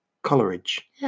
Coleridge